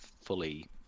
fully